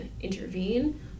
intervene